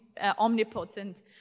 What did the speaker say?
omnipotent